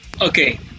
Okay